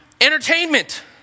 entertainment